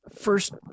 first